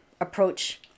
approach